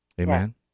Amen